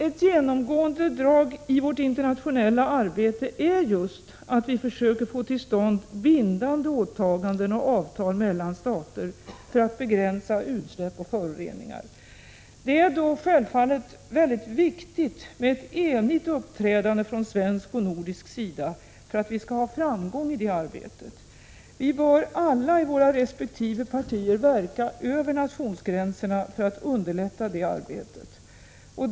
Ett genomgående drag i vårt internationella arbete är just att vi försöker få till stånd bindande åtaganden och avtal mellan stater för att begränsa utsläpp och föroreningar. Det är då självfallet viktigt med ett enigt uppträdande från svensk och nordisk sida för att vi skall ha framgång i detta arbete. Vi bör alla i våra respektive partier verka över nationsgränserna för att underlätta det arbetet.